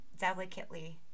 delicately